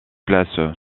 place